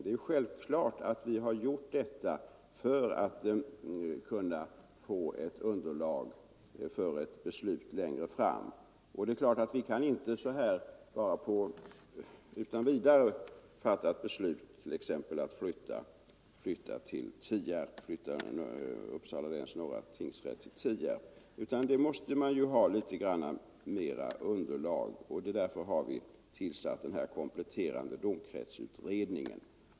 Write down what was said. Det är självklart att vi har gjort detta för att kunna få underlag för ett beslut längre fram, och det är klart att vi inte utan vidare kan fatta beslut om att t.ex. flytta Uppsala läns norra tingsrätt till Tierp. För att kunna göra det måste man ha bättre underlag. Därför har vi tillsatt den här kompletterande domkretsutredningen.